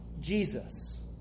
Jesus